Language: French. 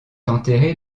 enterrée